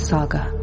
Saga